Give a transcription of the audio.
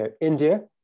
India